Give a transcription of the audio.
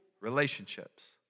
relationships